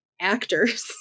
actors